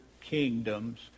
kingdoms